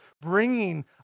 bringing